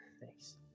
Thanks